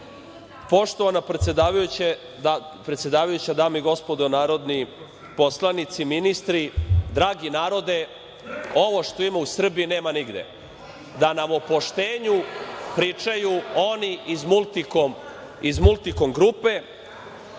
nogama. Poštovana predsedavajuća, dame i gospodo narodni poslanici, ministri, dragi narode, ovo što ima u Srbiji nema nigde da nam o poštenju pričaju oni iz „Mulitikom grupe“.